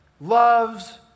loves